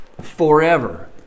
forever